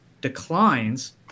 declines